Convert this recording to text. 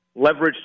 leveraged